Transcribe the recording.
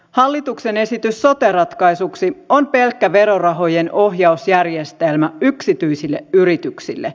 hallituksen esitys sote ratkaisuksi on pelkkä verorahojen ohjausjärjestelmä yksityisille yrityksille